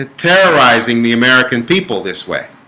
ah terrorizing the american people this way